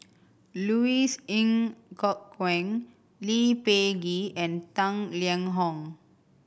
Louis Ng Kok Kwang Lee Peh Gee and Tang Liang Hong